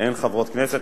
אין חברות כנסת,